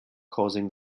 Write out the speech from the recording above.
causing